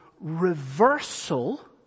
reversal